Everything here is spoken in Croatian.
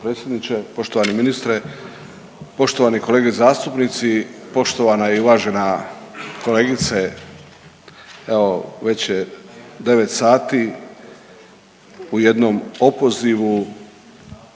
potpredsjedniče. Poštovani ministre, poštovani kolege zastupnici, poštovana i uvažena kolegice. Evo, već je 9 sati u jednom opozivu